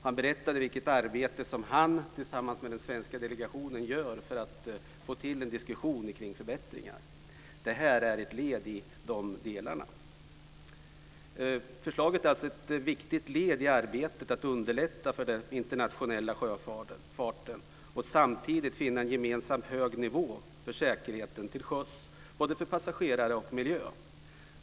Han berättade vilket arbete som han tillsammans med den svenska delegationen gör för att få till en diskussion om förbättringar. Det här är ett led i de delarna. Förslaget är alltså ett viktigt led i arbetet med att underlätta för den internationella sjöfarten och samtidigt finna en gemensam hög nivå för säkerheten till sjöss både för passagerare och miljö.